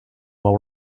while